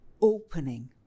opening